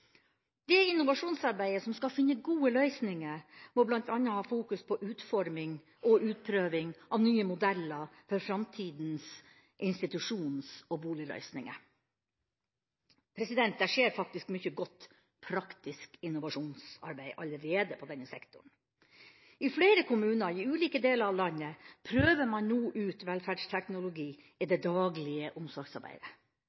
Det innovasjonsarbeidet som skal finne gode løsninger, må bl.a. fokusere på utforming og utprøving av nye modeller for framtidas institusjons- og boligløsninger. Det skjer faktisk mye godt praktisk innovasjonsarbeid allerede på denne sektoren. I flere kommuner, i ulike deler av landet, prøver man nå ut velferdsteknologi i